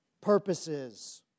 purposes